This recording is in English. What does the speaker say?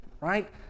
right